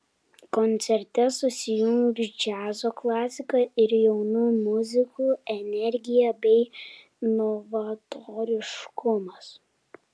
koncerte susijungs džiazo klasika ir jaunų muzikų energija bei novatoriškumas